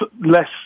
Less